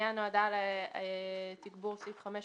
הפנייה נועדה לתגבור סעיף 15,